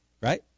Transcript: right